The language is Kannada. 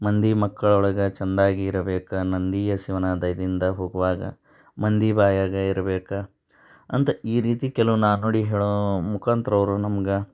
ಮಂದಿ ಮಕ್ಕಳೊಳಗೆ ಚೆಂದಾಗಿ ಇರಬೇಕು ನಂದಿಯ ಶಿವನ ದಯದಿಂದ ಹೋಗುವಾಗ ಮಂದಿ ಬಾಯಾಗೆ ಇರಬೇಕು ಅಂತ ಈ ರೀತಿ ಕೆಲವು ನಾಣ್ಣುಡಿ ಹೇಳೋ ಮುಖಾಂತರ ಅವರು ನಮ್ಗೆ